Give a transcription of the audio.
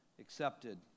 accepted